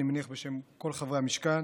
אני מניח בשם כל חברי המשכן,